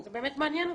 זה באמת מעניין אותי.